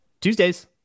Tuesdays